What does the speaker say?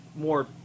more